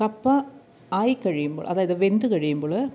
കപ്പ ആയിക്കഴിയുമ്പോൾ അതായത് വെന്തു കഴിയുമ്പോൾ